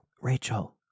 Rachel